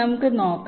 നമുക്ക് നോക്കാം